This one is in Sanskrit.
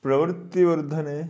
प्रवृत्तिवर्धने